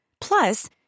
Plus